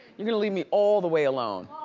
you're gonna leave me all the way alone.